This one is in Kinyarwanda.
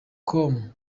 com